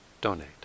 donate